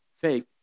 fake